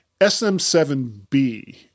SM7B